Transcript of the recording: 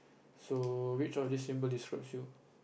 so which of this symbol describes you